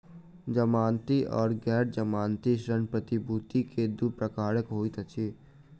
जमानती आर गैर जमानती ऋण प्रतिभूति के दू प्रकार होइत अछि